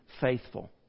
faithful